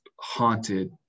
haunted